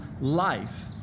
life